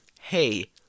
Hey